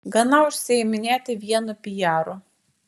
gana užsiiminėti vienu pijaru